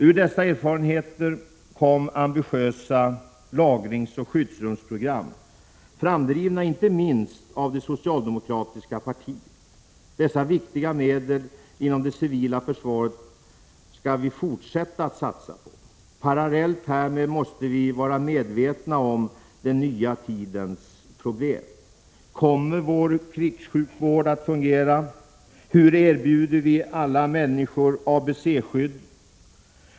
Ur dessa erfarenheter kom ambitiösa lagringsoch skyddsrumsprogram, framdrivna inte minst av det socialdemokratiska partiet. Dessa viktiga medel inom det civila försvaret skall vi fortsätta att satsa på. Parallellt härmed måste vi vara medvetna om den nya tidens problem. Kommer vår krigssjukvård att fungera? Hur erbjuder vi alla människor ABC-skydd?